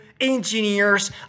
engineers